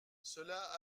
cela